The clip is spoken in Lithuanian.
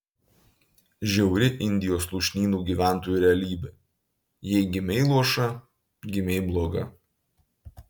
žiauri indijos lūšnynų gyventojų realybė jei gimei luoša gimei bloga